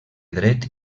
dret